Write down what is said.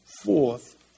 fourth